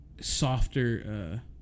softer